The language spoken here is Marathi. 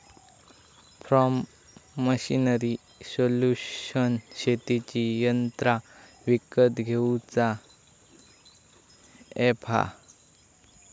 फॉर्म मशीनरी सोल्यूशन शेतीची यंत्रा विकत घेऊचा अॅप हा